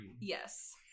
Yes